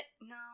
No